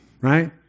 right